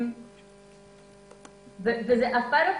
הפיילוט